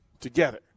together